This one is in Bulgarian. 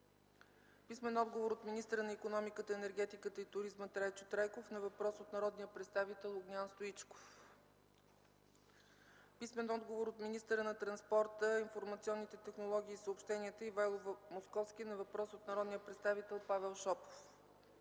писмен отговор от министъра на икономиката, енергетиката и туризма Трайчо Трайков на въпрос от народния представител Иван Николаев Иванов; - министъра на транспорта, информационните технологии и съобщенията Ивайло Московски на въпрос от народния представител Петър